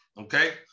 okay